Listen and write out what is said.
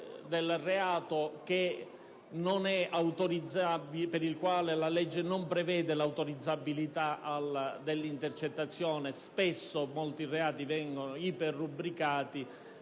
del reato per il quale la legge non prevede l'autorizzazione dell'intercettazione; spesso molti reati vengono iper-rubricati